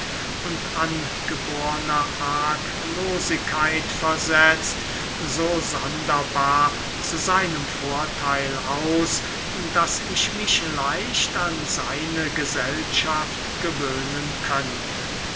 und angeborner arglosigkeit versetzt so sonderbar zu seinem vortheil aus daß ich mich leicht an seine gesellschaft gewöhnen könnte